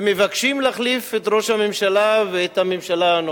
ומבקשים להחליף את ראש הממשלה ואת הממשלה הנוכחית,